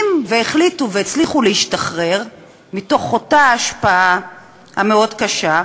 אם החליטו והצליחו להשתחרר מתוך אותה השפעה מאוד קשה,